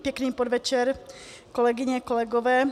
Pěkný podvečer, kolegyně, kolegové.